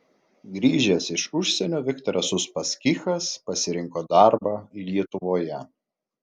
grįžęs iš užsienio viktoras uspaskichas pasirinko darbą lietuvoje